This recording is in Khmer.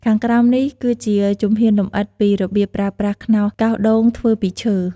ខាងក្រោមនេះគឺជាជំហានលម្អិតពីបៀបប្រើប្រាស់ខ្នោសកោសដូងធ្វើពីឈើ